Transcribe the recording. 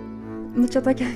nu čia tokia